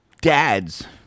dads